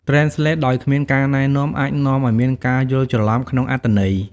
Translate ដោយគ្មានការណែនាំអាចនាំឲ្យមានការយល់ច្រឡំក្នុងអត្ថន័យ។